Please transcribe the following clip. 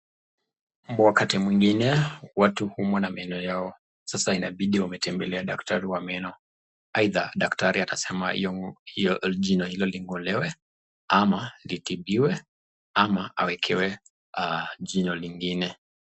Wakati mwengine watu huumwa na meno yao, sasa inabidi wametembelea daktari wa meno. Aidha daktari atasema jino hilo ling'olewe ama litibiwe ama awekewe jino lingine.